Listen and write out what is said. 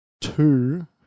two